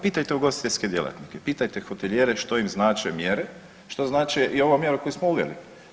Pitajte ugostiteljske djelatnike, pitajte hotelijere što im znače mjere, što znači i ova mjera koju smo uveli?